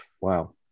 Wow